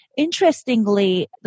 Interestingly